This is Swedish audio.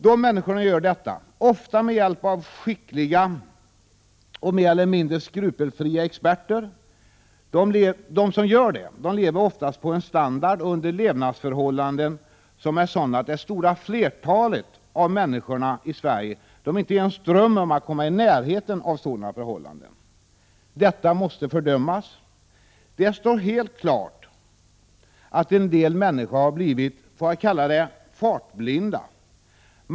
Dessa människor gör detta ofta med hjälp av skickliga och mer eller mindre skrupelfria experter. De människor som gör det lever ofta på en standard och under levnadsförhållanden som det stora flertalet människor i Sverige inte ens drömmer om att komma i närheten av. Detta måste fördömas. Det står helt klart att en del människor har blivit vad jag skulle vilja kalla fartblinda.